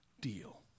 deal